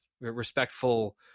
respectful